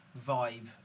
vibe